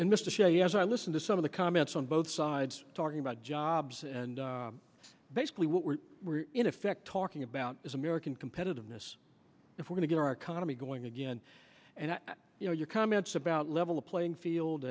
and mr shelley as i listen to some of the comments on both sides talking about jobs and basically what we're in effect talking about is american competitiveness if we're going to get our economy going again and you know your comments about level the playing field